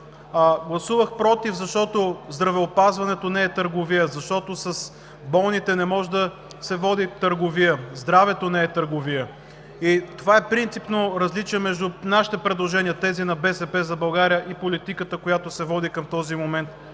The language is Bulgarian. Гласувах „против“, защото здравеопазването не е търговия, защото с болните не може да се води търговия – здравето не е търговия. Това е принципното различие между нашите предложения – тези на „БСП за България“ и политиката, която се води към този момент